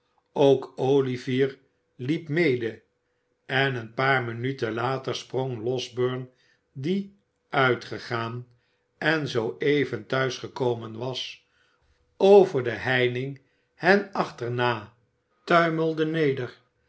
ook olivier liep mede en een paar minuten later sprong losberne die uitgegaan en zoo even thuis gekomen was over de heining hen achterna tuimelde neder